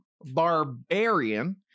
Barbarian